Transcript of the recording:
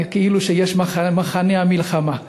כאילו שיש מחנה המלחמה.